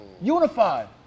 unified